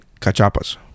cachapas